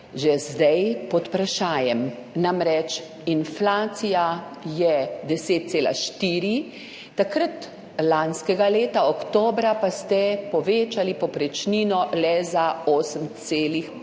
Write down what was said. že zdaj pod vprašajem. Namreč inflacija je 10,4, takrat, lanskega leta oktobra pa ste povečali povprečnino le 8,5